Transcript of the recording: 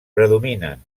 predominen